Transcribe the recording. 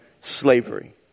slavery